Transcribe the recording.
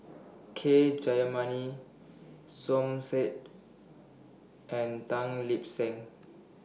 K Jayamani Som Said and Tan Lip Seng